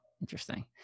Interesting